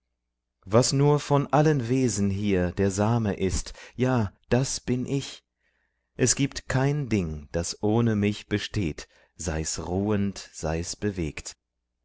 was nur von allen wesen hier der same ist ja das bin ich es gibt kein ding das ohne mich besteht sei's ruhend sei's bewegt